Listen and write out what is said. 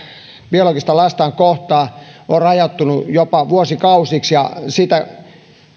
biologista lastaan kohtaan ovat rajoittuneet jopa vuosikausiksi ja sitä